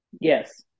Yes